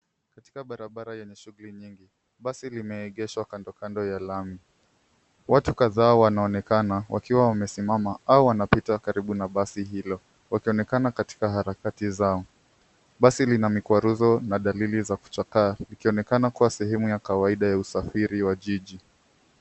Katika barabara lenye shughuli nyingi, basi limeegeshwa kando kando ya lami. Watu kadhaa wanaonekana wakiwa wamesimama au wanapita karibu na basi hilo wakionekana katika harakati zao. Basi lina mikwaruzo na dalili za kuchakaa likionekana kuwa sehemu ya kawaida ya usafiri wa jiji.